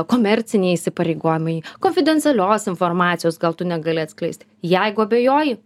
komerciniai įsipareigojimai konfidencialios informacijos gal tu negali atskleist jeigu abejoji